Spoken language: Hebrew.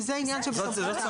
כי זה עניין שבסמכותם.